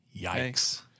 Yikes